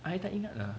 I tak ingat lah